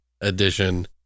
edition